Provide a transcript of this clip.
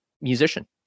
musician